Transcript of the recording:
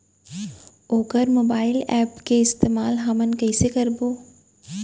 वोकर mobile app के इस्तेमाल हमन कइसे करबो?